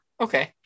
okay